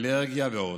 אלרגיה ועוד.